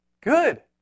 Good